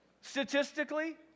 Statistically